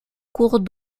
cours